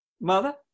Mother